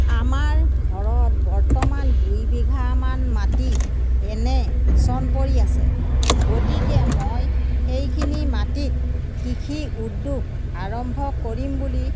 আমাৰ ঘৰত বৰ্তমান দুবিঘামান মাটি এনে ছন পৰিৰ আছে গতিকে মই সেইখিনি মাটিত কৃষি উদ্যোগ আৰম্ভ কৰিম বুলি